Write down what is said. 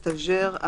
סטז'ר,